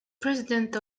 president